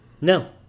no